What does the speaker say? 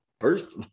First